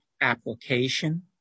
application